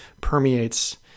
permeates